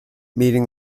meeting